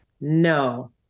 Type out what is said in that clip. No